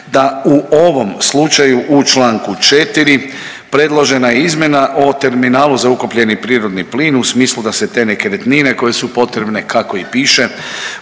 da u ovom slučaju u Članku 4. predložena je izmjena o terminalu za ukapljeni prirodni plin u smislu da se te nekretnine koje su potrebne kako i piše